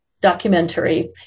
documentary